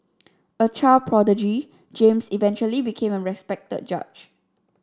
a child prodigy James eventually became a respected judge